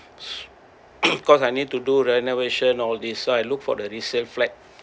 because I need to do renovation all these so I look for the resale flat